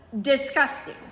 Disgusting